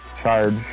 charge